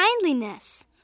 kindliness